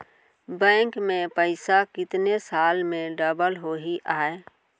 Bank में पइसा कितने साल में डबल होही आय?